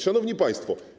Szanowni Państwo!